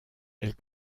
elle